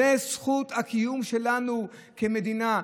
זו זכות הקיום שלנו כמדינה.